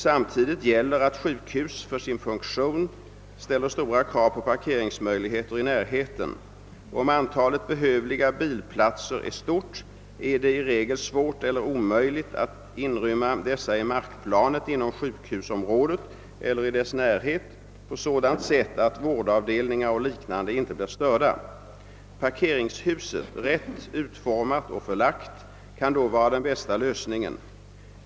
Samtidigt gäller att sjukhus för sin funktion ställer stora krav på parkeringsmöjligheter i närheten. Om antalet behövliga bilplatser är stort, är det i regel svårt eller omöjligt att inrymma dessa i markplanet inom sjukhusområdet eller i dess närhet på sådant sätt att vårdavdelningar och liknande inte blir störda. Parkeringshuset — rätt utformat och förlagt — kan då vara den bästa lösningen.